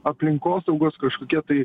aplinkosaugos kažkokia tai